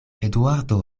eduardo